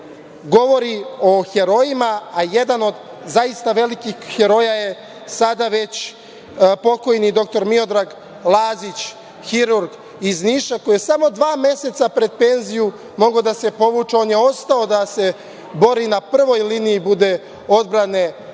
govori o herojima, a jedano od zaista velikih heroja je sada već pokojni dr Miodrag Lazić, hirurg iz Niša, koji je samo dva meseca pred penziju mogao da se povuče, ali on je ostao da se bori na prvoj liniji odbrane protiv